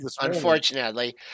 Unfortunately